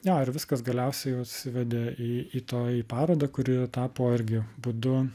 jo ir viskas galiausiai va susivedė į į toj į parodą kuri tapo irgi būdu